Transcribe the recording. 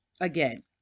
again